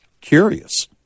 curious